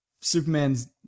Superman's